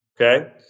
okay